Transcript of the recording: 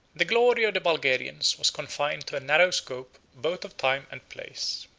the glory of the bulgarians was confined to a narrow scope both of time and place.